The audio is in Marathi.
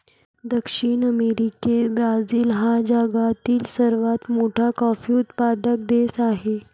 दक्षिण अमेरिकेत ब्राझील हा जगातील सर्वात मोठा कॉफी उत्पादक देश आहे